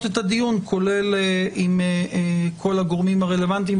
את הדיון כולל עם כל הגורמים הרלוונטיים.